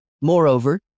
Moreover